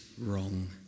wrong